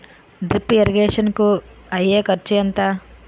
Drip irrigation కూ అయ్యే ఖర్చు ఎంత?